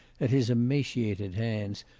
at his emaciated hands,